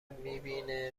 میبینه